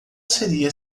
seria